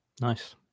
nice